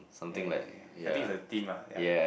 yeah I think it's a theme lah ya